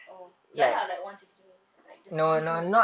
oh ya lah like wanted to tengok movies like this ya ke